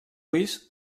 ulls